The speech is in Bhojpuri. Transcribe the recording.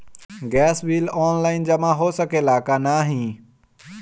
गैस बिल ऑनलाइन जमा हो सकेला का नाहीं?